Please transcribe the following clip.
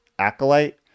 Acolyte